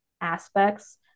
aspects